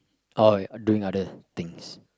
oh doing other things